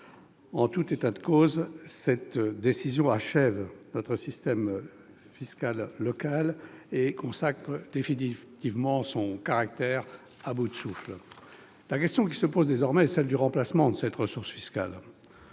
En tout état de cause, cette décision achève notre système fiscal local et consacre définitivement son caractère « à bout de souffle ». La question qui se pose désormais est celle du remplacement de cette ressource fiscale.